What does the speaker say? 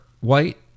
White